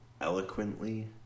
eloquently